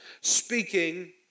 speaking